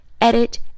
edit